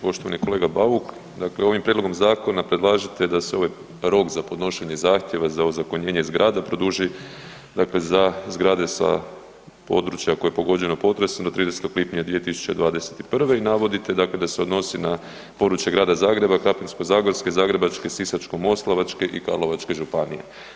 Poštovani kolega Bauk, dakle ovim prijedlogom zakona predlažete da se ovaj rok za podnošenje zahtjeva za ozakonjenje zgrada produži dakle za zgrade sa područja koje je pogođeno potresom do 30. lipnja 2021. i navodite dakle da se odnosi na područje Grada Zagreba, Krapinsko-zagorske, Zagrebačke, Sisačko-moslavačke i Karlovačke županije.